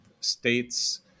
states